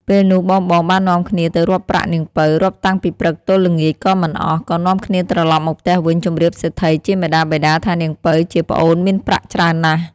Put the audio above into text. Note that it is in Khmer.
ពេលនោះបងៗបាននាំគ្នាទៅរាប់ប្រាក់នាងពៅ រាប់តាំងពីព្រឹកទល់ល្ងាចក៏មិនអស់ ក៏នាំគ្នាត្រឡប់មកផ្ទះវិញជម្រាបសេដ្ឋីជាមាតាបិតាថានាងពៅជាប្អូនមានប្រាក់ច្រើនណាស់។